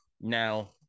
Now